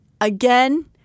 again